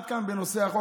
עד כאן בנושא החוק.